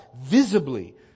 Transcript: visibly